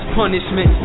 punishment